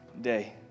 day